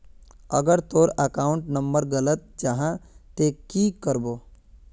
अगर तोर account number गलत जाहा ते की करबो?